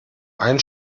ein